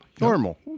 normal